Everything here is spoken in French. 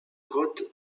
grottes